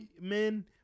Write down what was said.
men